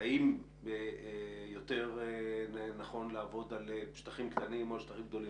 האם יותר נכון לעבוד על שטחים קטנים או על שטחים גדולים.